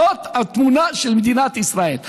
זאת התמונה של מדינת ישראל.